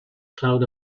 cloud